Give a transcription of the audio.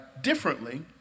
differently